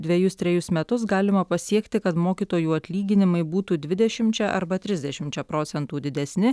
dvejus trejus metus galima pasiekti kad mokytojų atlyginimai būtų dvidešimčia arba trisdešimčia procentų didesni